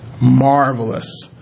marvelous